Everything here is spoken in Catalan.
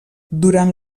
durant